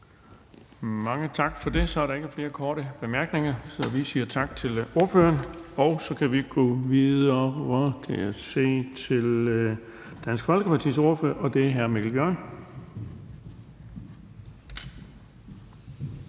Mange tak for det. Så er der ikke flere korte bemærkninger, så vi siger tak til ordføreren. Og så kan vi gå videre, kan jeg se, til Dansk Folkepartis ordfører, og det er hr. Mikkel Bjørn.